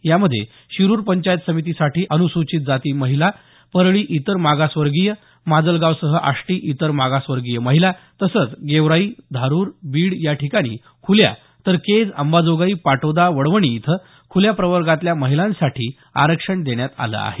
यामध्ये शिरूर पंचायत समितीसाठी अनुसूचित जाती महिला परळी इतर मागासवर्गीय माजलगावसह आष्टी इतर मागासवर्गीय महिला तसंच गेवराईधारूरबीड याठिकाणी खुल्या तर केज अंबाजोगाई पाटोदा वडवणी इथं खुल्या प्रवर्गातल्या महिलांसाठी आरक्षण देण्यात आलं आहे